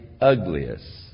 ugliest